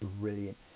brilliant